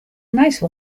nice